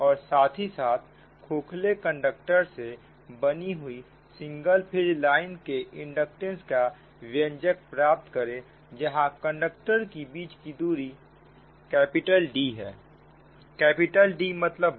और साथ ही साथ खोखले कंडक्टर से बनी हुई सिंगल फेज लाइन के इंडक्टेंस का व्यंजक प्राप्त करें जहां कंडक्टर के बीच की दूरी D है